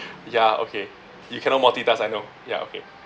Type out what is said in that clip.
ya okay you cannot multitask I know ya okay